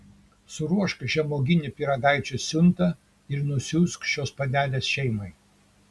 suruošk žemuoginių pyragaičių siuntą ir nusiųsk šios panelės šeimai